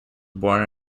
born